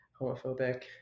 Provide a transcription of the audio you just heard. homophobic